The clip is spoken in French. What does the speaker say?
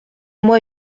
moi